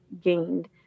gained